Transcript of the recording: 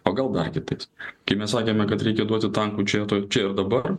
o gal dar kitais kai mes sakėme kad reikia duoti tankų čia toj čia ir dabar